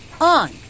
on